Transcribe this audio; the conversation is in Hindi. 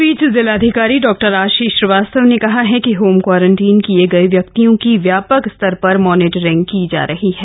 इस बीच जिलाधिकारी डॉक्टर आशीष श्रीवास्तव ने कहा है कि होम क्वारंटीन किये गए व्यक्तियों की व्यापक स्तर पर मॉनिटरिंग की जा रही है